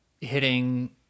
hitting